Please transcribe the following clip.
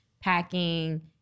packing